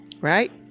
right